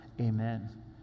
Amen